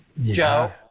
Joe